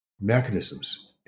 mechanisms